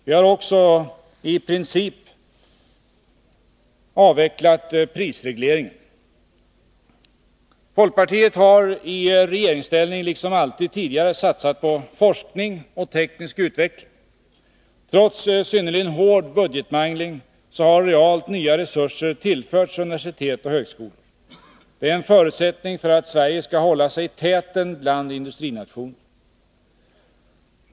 Vi har också i princip avvecklat prisregleringen, Folkpartiet har i regeringsställning liksom alltid tidigare satsat på forskning och teknisk utveckling. Trots synnerligen hård budgetmangling har realt nya resurser tillförts universitet och högskolor. Det är en förutsättning för att Sverige skall hålla sig i täten bland industrinationer.